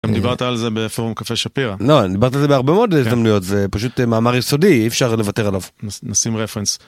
אם דיברת על זה בפורום קפה שפירא. לא, אני דיברת על זה בהרבה מאוד הזדמנויות, זה פשוט מאמר יסודי, אי אפשר לוותר עליו. נשים רפרנס.